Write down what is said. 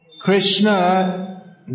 Krishna